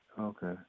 Okay